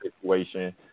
situation